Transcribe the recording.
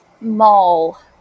Mall